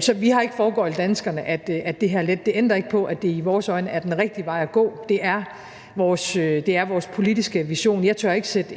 Så vi har ikke foregøglet danskerne, at det her er let. Det ændrer ikke på, at det i vores øjne er den rigtige vej at gå. Det er vores politiske vision. Jeg tør ikke sætte